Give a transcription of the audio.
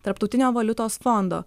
tarptautinio valiutos fondo